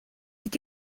nid